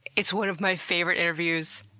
it's one of my favorite interviews,